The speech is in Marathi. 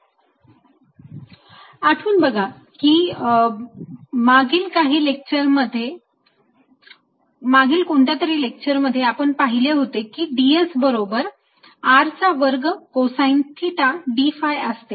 dV14π0dQz Rcos θ2R2sin212 14π0σdsz2R2 2zRcosθ आठवून बघा की मागील कोणत्यातरी लेक्चर मध्ये आपण पाहिले होते की ds बरोबर R चा वर्ग कोसाईन थिटा d phi असते